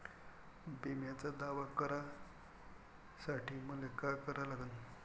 बिम्याचा दावा करा साठी मले का करा लागन?